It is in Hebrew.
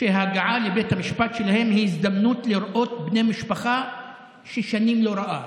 שההגעה שלהם לבית המשפט היא הזדמנות לראות בני משפחה ששנים לא ראו,